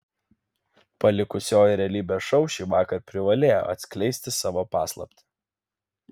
palikusioji realybės šou šįvakar privalėjo atskleisti savo paslaptį